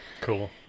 Cool